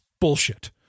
bullshit